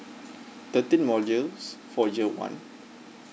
thirteen modules for year one